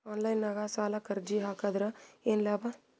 Online ನಾಗ್ ಸಾಲಕ್ ಅರ್ಜಿ ಹಾಕದ್ರ ಏನು ಲಾಭ?